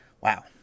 Wow